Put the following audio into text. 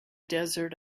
desert